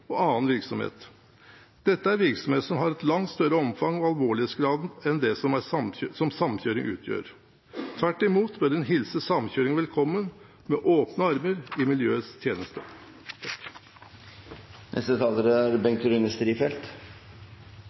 og annen virksomhet. Dette er virksomhet som har langt større omfang og alvorlighetsgrad enn det samkjøring utgjør. Tvert imot bør en hilse samkjøring velkommen med åpne armer – i miljøets tjeneste.